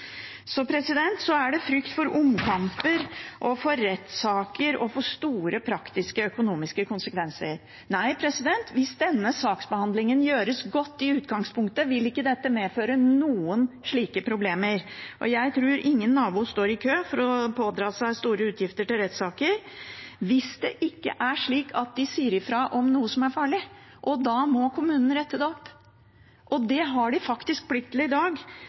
er også frykt for omkamper, rettssaker og store praktiske og økonomiske konsekvenser. Hvis denne saksbehandlingen i utgangspunktet gjøres godt, vil ikke dette medføre noen slike problemer. Jeg tror ingen naboer står i kø for å pådra seg store utgifter til rettssaker hvis det ikke er slik at de sier fra om noe som er farlig, og da må kommunen rette det opp. Det har de faktisk plikt til i dag,